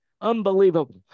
Unbelievable